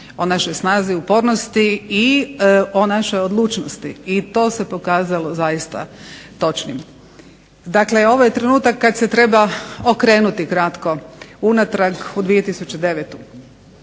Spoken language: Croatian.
o našoj snazi, upornosti i našoj odlučnosti i to se pokazalo zaista točnim. Dakle, ovo je trenutak kada se treba kratko okrenuti unatrag u 2009.